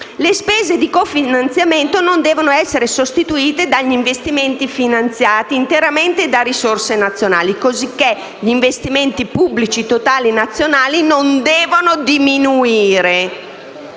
le spese di cofinanziamento non devono essere sostituite dagli investimenti finanziati interamente da risorse nazionali, così che gli investimenti pubblici totali nazionali non devono diminuire.